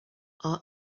our